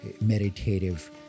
meditative